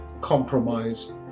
compromise